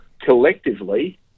collectively